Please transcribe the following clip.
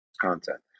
content